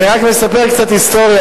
אני רק מספר קצת היסטוריה,